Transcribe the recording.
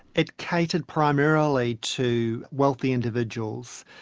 it catered primarily to wealthy individuals,